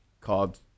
called